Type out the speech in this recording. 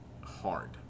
hard